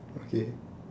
okay